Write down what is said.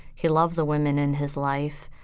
he loved the women in his life.